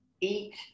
eat